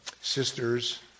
sisters